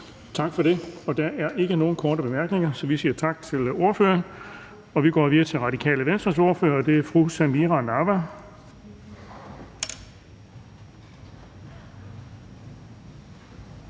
Tak for det. Der er ikke nogen korte bemærkninger, så vi siger tak til ordføreren. Vi går videre til Venstres ordfører, og det er hr. Preben Bang